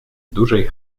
dużej